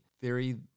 theory